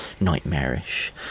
nightmarish